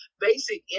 basic